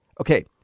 Okay